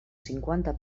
cinquanta